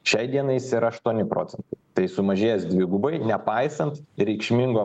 šiai dienai jis yra aštuoni procentai tai sumažėjęs dvigubai nepaisant reikšmingo